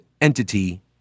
entity